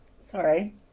Sorry